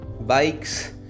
bikes